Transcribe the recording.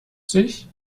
sich